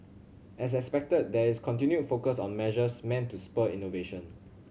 as expected there is continued focus on measures meant to spur innovation